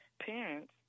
parents